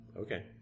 Okay